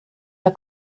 der